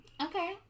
Okay